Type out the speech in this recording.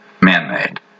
Man-made